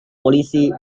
polisi